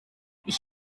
ich